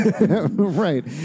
Right